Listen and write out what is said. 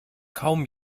kaum